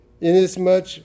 Inasmuch